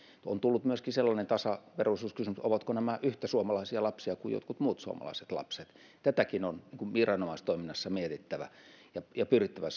on tullut myöskin sellainen tasaveroisuuskysymys että ovatko nämä yhtä suomalaisia lapsia kuin jotkut muut suomalaiset lapset tätäkin on viranomaistoiminnassa mietittävä ja ja pyrittävä